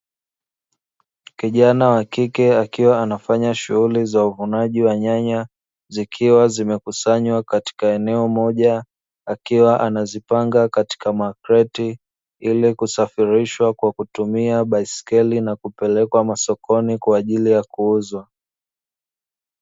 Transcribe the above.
Kijana wa kike akiwa anafanya shughuli za uvunaji wa nyanya zikiwa zimekusanywa katika eneo moja akiwa anazipanga katika magreti ile kusafirishwa kwa kutumia baiskeli na kupelekwa masokoni kwa ajili ya kuuzwa.